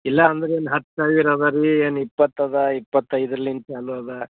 ಇಲ್ಲ ಅಂದರೆ ಏನು ಹತ್ತು ಸಾವಿರ ಅದ ರೀ ಏನು ಇಪ್ಪತ್ತು ಅದು ಇಪ್ಪತ್ತು ಐದ್ರಿಂದ ಚಾಲೂ ಅದ